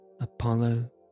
Apollo